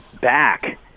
back